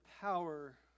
power